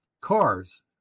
Cars